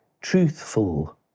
truthful